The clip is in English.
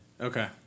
Okay